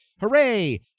hooray